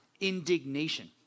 indignation